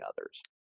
others